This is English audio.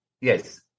yes